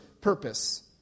purpose